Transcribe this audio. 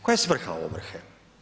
Koja je svrha ovrhe?